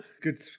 Good